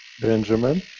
Benjamin